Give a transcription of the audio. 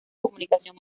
comunicación